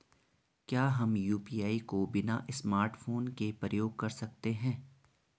क्या हम यु.पी.आई को बिना स्मार्टफ़ोन के प्रयोग कर सकते हैं?